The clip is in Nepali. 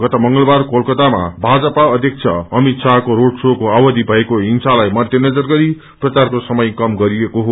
गत मंगलबार कोलकत्तामा भाजपा अध्यक्ष अमित शाहलको रोड शो को अवधि भएको हिंसालाई मध्यनजर गरी प्रचारको समय कम गरिएको हो